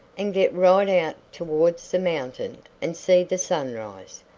and get right out towards the mountain and see the sunrise,